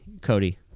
cody